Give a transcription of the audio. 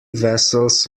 vessels